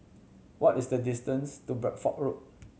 what is the distance to Bedford Road